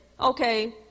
okay